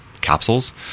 capsules